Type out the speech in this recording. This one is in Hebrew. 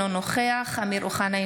אינו נוכח אמיר אוחנה,